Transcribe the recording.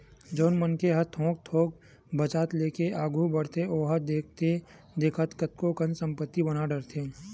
जउन मनखे ह थोक थोक बचत लेके आघू बड़थे ओहा देखथे देखत कतको कन संपत्ति बना डरथे